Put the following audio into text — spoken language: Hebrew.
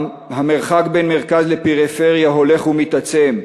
שבה המרחק בין מרכז לפריפריה הולך ומתעצם,